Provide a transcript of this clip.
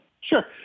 Sure